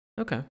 okay